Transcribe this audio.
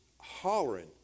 hollering